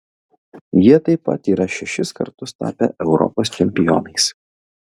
jie taip pat yra šešis kartus tapę europos čempionais